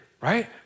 right